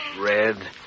Red